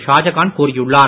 ஷாஜகான் கூறியுள்ளார்